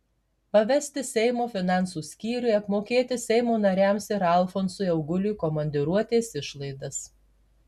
pavesti seimo finansų skyriui apmokėti seimo nariams ir alfonsui auguliui komandiruotės išlaidas